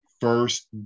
first